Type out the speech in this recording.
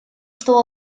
что